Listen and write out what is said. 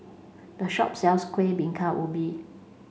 the shop sells kueh bingka ubi